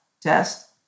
test